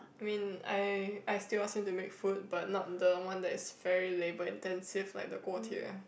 I mean I I still ask him to make food but not the one that is very labor intensive like the 锅贴:guo-tie